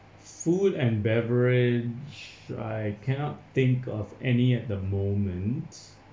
food and beverage I cannot think of any at the moment